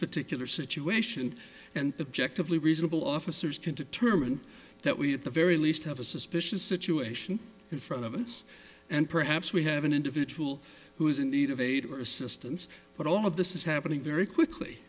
particular situation and objective lee reasonable officers can determine that we at the very least have a suspicious situation in front of us and perhaps we have an individual who is in need of aid or assistance but all of this is happening very quickly